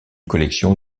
collection